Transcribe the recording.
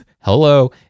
hello